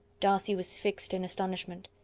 darcy was fixed in astonishment.